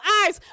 eyes